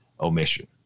omission